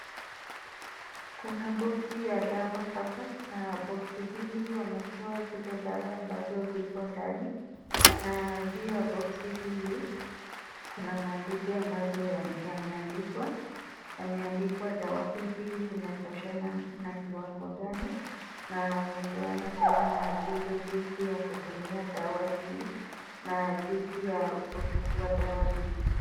Kuna boxi ya dawa hapa, na boxi hili wametoa zile dawa ambavyo ziko ndani, na juu ya boxi hili, kuna maandishi ambavyo yameandikwa, yameandikwa dawa hizi zinatoshana na kiwango gani, na wamepeana tena maagizo jinsi ya kutumia dawa hili, na jinsi ya kuchukua dawa hii.